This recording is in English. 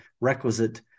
requisite